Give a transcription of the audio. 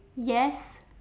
yes